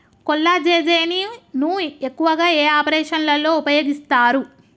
కొల్లాజెజేని ను ఎక్కువగా ఏ ఆపరేషన్లలో ఉపయోగిస్తారు?